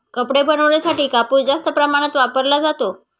कपडे बनवण्यासाठी कापूस जास्त प्रमाणात वापरला जातो